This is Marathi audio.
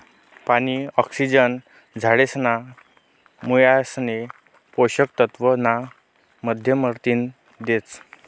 पानी, ऑक्सिजन झाडेसना मुयासले पोषक तत्व ना माध्यमतीन देतस